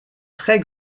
très